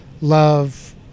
love